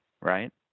right